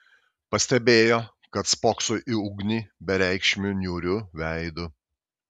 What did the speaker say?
pastebėjo kad spokso į ugnį bereikšmiu niūriu veidu